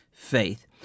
faith